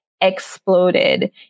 exploded